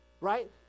right